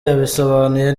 yabisobanuye